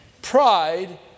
Pride